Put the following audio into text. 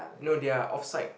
no they're off site